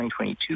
2022